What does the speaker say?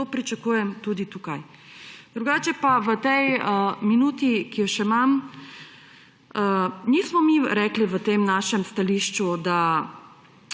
In to pričakujem tudi tukaj. Drugače pa v tej minuti, ki jo še imam, nismo mi rekli v tem našem stališču, da